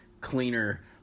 cleaner